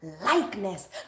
likeness